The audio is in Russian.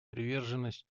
приверженность